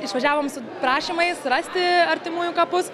išvažiavom su prašymais rasti artimųjų kapus